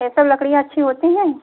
यह सब लकड़ियाँ अच्छी होती हैं